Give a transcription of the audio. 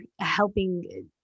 helping